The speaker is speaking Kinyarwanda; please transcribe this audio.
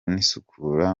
n’isukura